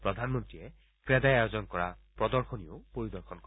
প্ৰধানমন্ত্ৰীয়ে ক্ৰেডাই আয়োজন কৰা প্ৰদৰ্শনীৰো পৰিদৰ্শন কৰিব